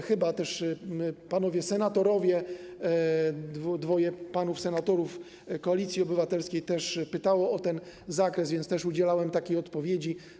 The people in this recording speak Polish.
Chyba panowie senatorowie, dwóch panów senatorów Koalicji Obywatelskiej też pytało o ten zakres, więc też udzielałem takiej odpowiedzi.